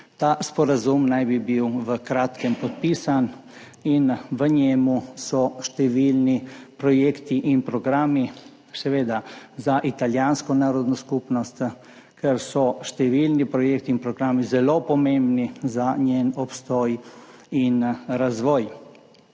Ta sporazum naj bi bil v kratkem podpisan. V njem so številni projekti in programi za italijansko narodno skupnost, ker so številni projekti in programi zelo pomembni za njen obstoj in razvoj.